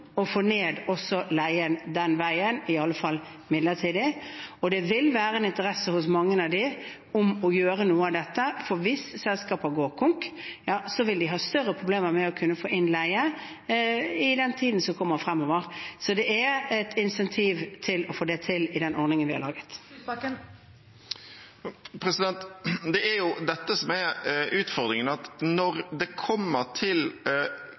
å få ned leien også den veien, i alle fall midlertidig. Mange av dem vil ha interesse av å gjøre noe av dette, for hvis selskaper går konk, vil de ha større problemer med å få inn husleie i tiden fremover. Så det er et insentiv for å få det til i den ordningen vi har laget. Audun Lysbakken – til oppfølgingsspørsmål. Det er dette som er utfordringen: Når det kommer til